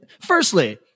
firstly